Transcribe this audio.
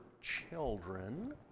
children